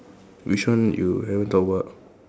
which one you haven't talk about